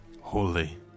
Holy